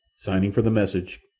signing for the message,